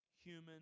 human